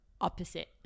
opposite